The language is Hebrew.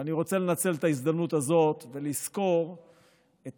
ואני רוצה לנצל את ההזדמנות הזאת ולסקור את